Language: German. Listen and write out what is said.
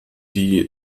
die